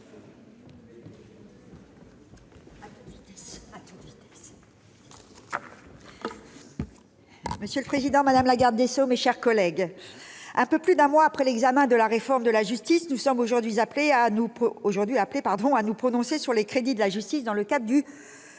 Monsieur le président, madame la garde des sceaux, mes chers collègues, un peu plus d'un mois après l'examen de la réforme de la justice, nous sommes aujourd'hui appelés à nous prononcer sur les crédits de la justice inscrits dans